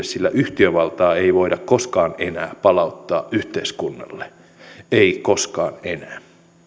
sillä yhtiövaltaa ei voida koskaan enää palauttaa yhteiskunnalle ei koskaan enää